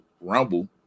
rumble